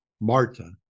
Marta